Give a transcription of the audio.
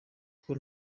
uko